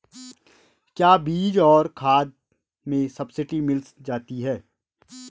क्या बीज और खाद में सब्सिडी मिल जाती है?